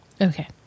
Okay